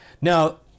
now